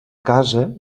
casa